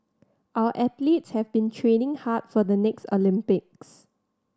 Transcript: our athletes have been training hard for the next Olympics